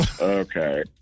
okay